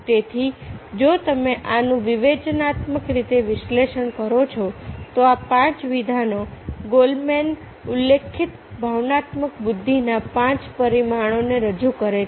તેથી જો તમે આનું વિવેચનાત્મક રીતે વિશ્લેષણ કરો છો તો આ પાંચ વિધાનો ગોલમેને ઉલ્લેખિત ભાવનાત્મક બુદ્ધિના પાંચ પરિમાણોને રજૂ કરે છે